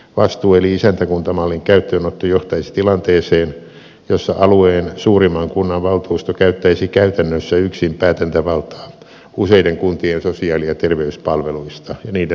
vastuu eli isäntäkuntamallin käyttöönotto johtaisi tilanteeseen jossa alueen suurimman kunnan valtuusto käyttäisi käytännössä yksin päätäntävaltaa useiden kuntien sosiaali ja terveyspalveluista ja niiden rahoituksesta